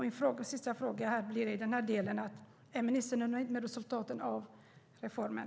Min sista fråga i denna del blir om ministern är nöjd med resultaten av reformen.